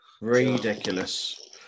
Ridiculous